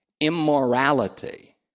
immorality